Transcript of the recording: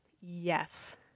yes